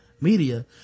Media